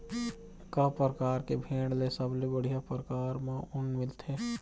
का परकार के भेड़ ले सबले बढ़िया परकार म ऊन मिलथे?